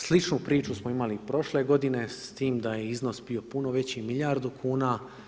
Sličnu priču smo imali i prošle g. s tim da je iznos bio puno veći, milijardu kuna.